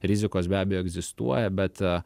rizikos be abejo egzistuoja bet